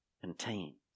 contains